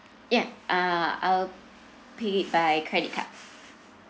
ya uh I'll pay by credit card